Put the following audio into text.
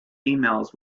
emails